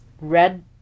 red